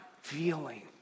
feeling